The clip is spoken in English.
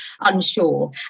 unsure